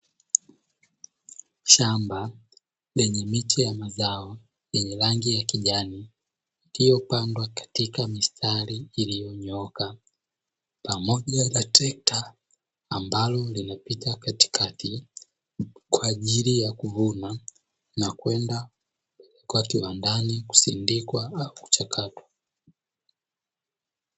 Shamba lenye miti ya mazao yenye rangi ya kijani iliyopandwa katika mistari iliyonyooka pamoja na trekta, ambalo linapita katikati kwa ajili ya kuvuna na kwenda kuwekwa kiwandani kusindikwa na kuchakatwa.